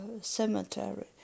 cemetery